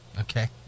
Okay